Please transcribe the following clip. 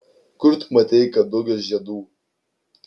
kur tu matei kadugio žiedų